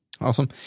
Awesome